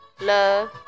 love